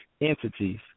entities